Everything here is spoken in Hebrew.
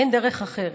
אין דרך אחרת.